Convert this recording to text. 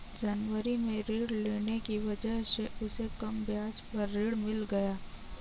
जनवरी में ऋण लेने की वजह से उसे कम ब्याज पर ऋण मिल गया